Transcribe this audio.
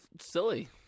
silly